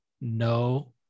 no